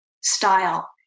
style